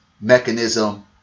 mechanism